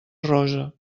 rosa